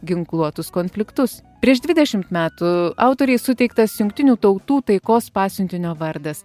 ginkluotus konfliktus prieš dvidešimt metų autorei suteiktas jungtinių tautų taikos pasiuntinio vardas